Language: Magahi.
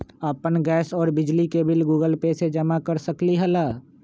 अपन गैस और बिजली के बिल गूगल पे से जमा कर सकलीहल?